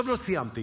כן.